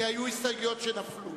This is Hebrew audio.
כי היו הסתייגויות שנפלו,